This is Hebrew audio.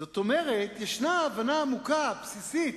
זאת אומרת שיש הבנה עמוקה, בסיסית.